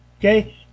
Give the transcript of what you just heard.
Okay